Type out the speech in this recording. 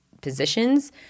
positions—